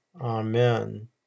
Amen